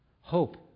hope